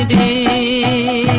a